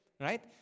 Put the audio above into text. Right